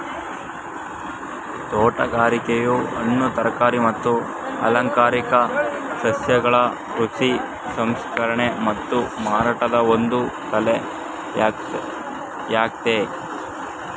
ತೋಟಗಾರಿಕೆಯು ಹಣ್ಣು ತರಕಾರಿ ಮತ್ತು ಅಲಂಕಾರಿಕ ಸಸ್ಯಗಳ ಕೃಷಿ ಸಂಸ್ಕರಣೆ ಮತ್ತು ಮಾರಾಟದ ಒಂದು ಕಲೆಯಾಗಯ್ತೆ